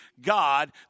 God